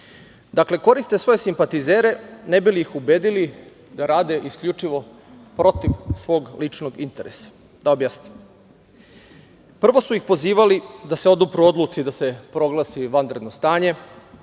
Dakle, koriste svoje simpatizere ne bi li ih ubedili da rade isključivo protiv svog ličnog interesa. Da objasnim. Prvo su ih pozivali da se odupru odluci da se proglasi vanredno stanje